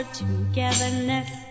togetherness